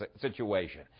situation